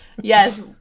Yes